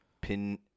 Pin